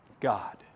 God